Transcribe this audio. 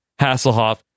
hasselhoff